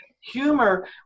Humor